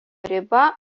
riba